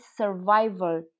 survival